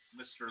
Mr